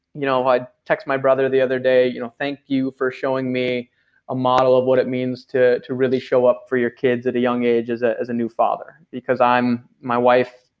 you know, i text my brother the other day, you know thank you for showing me a model of what it means to to really show up for your kids at a young age as a as a new father. because my wife,